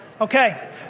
okay